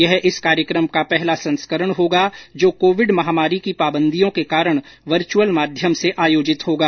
यह इस कार्यक्रम का पहला संस्करण होगा जो कोविड महामारी की पाबंदियों के कारण वर्चुअल माध्यम से आयोजित होगा